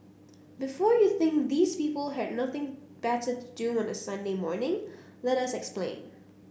before you think these people had nothing better do on a Sunday morning let us explain